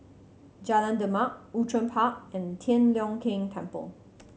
Jalan Demak Outram Park and Tian Leong Keng Temple